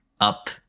up